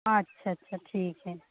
अच्छा छा ठीक है